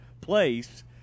place